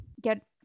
get